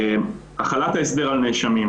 החלת ההסדר על נאשמים